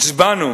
הצבענו